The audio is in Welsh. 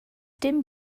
dim